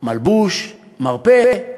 מלבוש, מרפא.